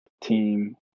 team